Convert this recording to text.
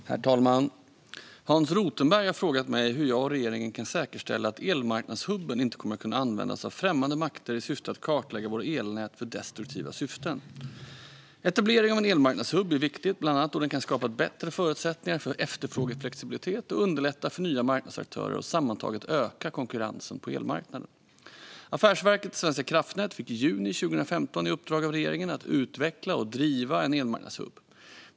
Herr talman! Hans Rothenberg har frågat mig hur jag och regeringen kan säkerställa att elmarknadshubben inte kommer att kunna användas av främmande makter i syfte att kartlägga våra elnät för destruktiva syften. Etablering av en elmarknadshubb är viktigt, bland annat då den kan skapa bättre förutsättningar för efterfrågeflexibilitet, underlätta för nya marknadsaktörer och sammantaget öka konkurrensen på elmarknaden. Affärsverket Svenska kraftnät fick i juni 2015 i uppdrag av regeringen att utveckla och driva en elmarknadshubb.